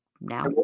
now